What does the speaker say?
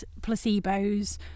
placebos